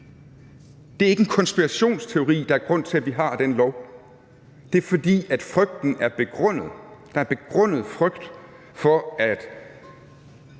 Det er ikke en konspirationsteori, der er grund til, at vi har den lov. Det er, fordi frygten er begrundet. Der er en begrundet frygt for, at